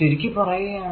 ചുരുക്കി പറയുകയാണെങ്കിൽ